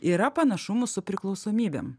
yra panašumų su priklausomybėm